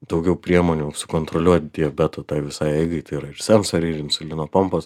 daugiau priemonių sukontroliuot diabeto tą visą eigą i tai yrair sensoriai ir insulino pompos